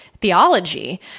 theology